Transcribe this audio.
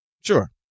Sure